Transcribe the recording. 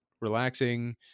relaxing